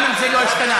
גם אם זה לא השתנה.